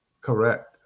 Correct